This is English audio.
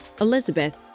Elizabeth